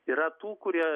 yra tų kurie